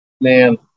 man